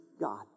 God